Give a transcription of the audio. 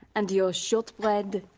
and your shortbread.